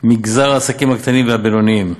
מגזר העסקים הקטנים והבינוניים,